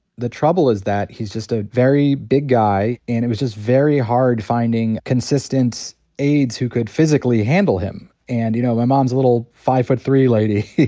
the trouble is that he's just a very big guy, and it was just very hard finding consistent aides who could physically handle him. and you know, my mom's a little five-foot-three lady.